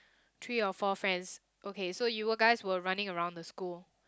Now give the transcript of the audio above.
three or four friends okay so you guys were running around the school